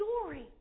story